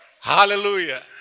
Hallelujah